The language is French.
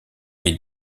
est